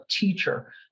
teacher